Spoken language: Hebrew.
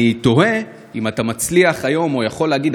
אני תוהה אם אתה מצליח היום או יכול להגיד,